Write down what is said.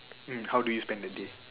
mm how do you spend the day